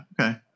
okay